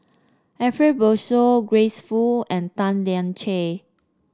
Ariff Bongso Grace Fu and Tan Lian Chye